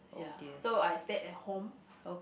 ya so I stayed at home